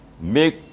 make